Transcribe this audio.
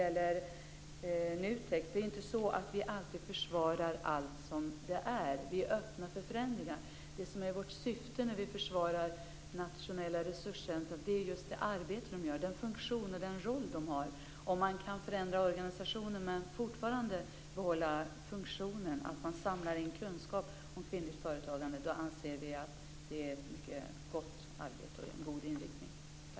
Vi försvarar inte alltid allt som det är. Vi är öppna för förändringar. Det som är vårt syfte när vi försvarar nationella resurscentrum är det arbete som de gör - den funktion och den roll som de har. Om man kan förändra organisationen men fortfarande behålla funktionen - att samla in kunskap om kvinnligt företagande - då anser vi att det är ett mycket gott arbete och en god inriktning.